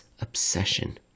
obsession